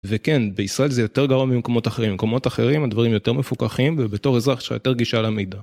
וכן בישראל זה יותר גרוע ממקומות אחרים, מקומות אחרים הדברים יותר מפוקחים ובתור אזרח יש לך יותר גישה למידע.